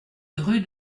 rue